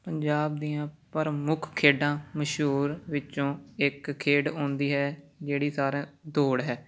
ਪੰਜਾਬ ਦੀਆਂ ਪ੍ਰਮੁੱਖ ਖੇਡਾਂ ਮਸ਼ਹੂਰ ਵਿੱਚੋਂ ਇੱਕ ਖੇਡ ਆਉਂਦੀ ਹੈ ਜਿਹੜੀ ਸਾਰੇ ਦੌੜ ਹੈ